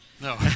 No